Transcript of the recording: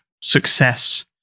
success